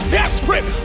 desperate